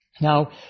Now